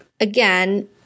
again